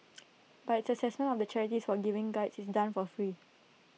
but its Assessment of the charities for giving Guides is done for free